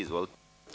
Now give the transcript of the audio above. Izvolite.